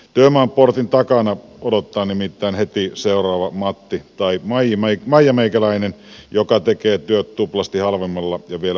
työmaaportin takana odottaa nimittäin heti seuraava matti tai maija meikäläinen joka tekee työt tuplasti halvemmalla ja vieläpä mukisematta